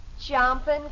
Jumping